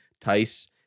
Tice